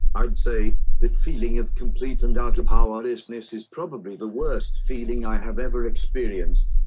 i'd say the feeling of complete and utter powerlessness is probably the worst feeling i have ever experienced,